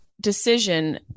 decision